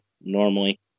normally